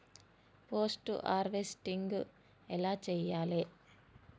Post harvesting ఎలా చెయ్యాలే?